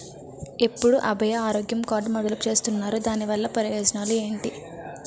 ఎప్పుడు అభయ ఆరోగ్య కార్డ్ మొదలు చేస్తున్నారు? దాని వల్ల ప్రయోజనాలు ఎంటి?